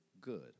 good